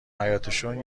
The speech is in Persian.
حیاطشون